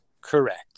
Correct